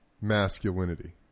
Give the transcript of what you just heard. masculinity